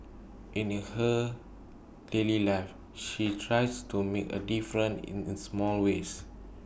her daily life she tries to make A difference in small ways